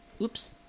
Oops